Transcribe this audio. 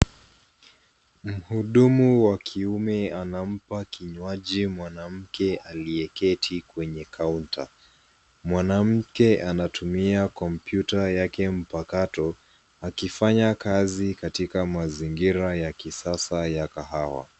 Mhudumu wa kiume anampa maji wanampenda aliyeketi kwenye kaunta. Mwanamke anatumia kompyuta yake mpakato akifanya kazi katika mazingira ya kisasa ya kahawa.